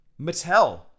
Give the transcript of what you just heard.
Mattel